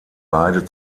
beide